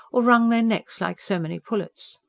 or wrung their necks like so many pullets.